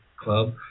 Club